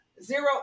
Zero